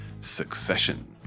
succession